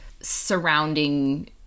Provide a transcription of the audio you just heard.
surrounding